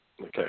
okay